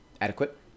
adequate